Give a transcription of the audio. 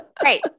Great